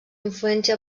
influència